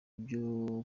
ibyo